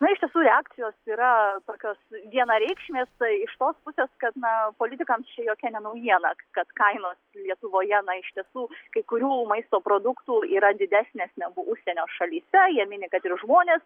na iš tiesų reakcijos yra tokios vienareikšmės tai iš tos pusės kad na politikams čia jokia ne naujiena kad kainos lietuvoje na iš tiesų kai kurių maisto produktų yra didesnės negu užsienio šalyse jie mini kad ir žmonės